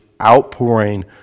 outpouring